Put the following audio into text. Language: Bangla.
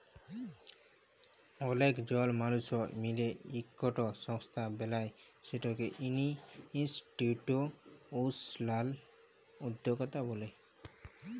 অলেক জল মালুস মিলে ইকট সংস্থা বেলায় সেটকে ইনিসটিটিউসলাল উদ্যকতা ব্যলে